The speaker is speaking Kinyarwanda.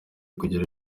kugera